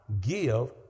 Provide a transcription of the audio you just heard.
give